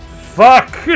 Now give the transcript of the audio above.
Fuck